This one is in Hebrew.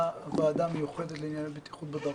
מה עם הוועדה המיוחדת לענייני בטיחות בדרכים?